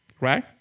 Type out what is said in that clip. Right